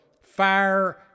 fire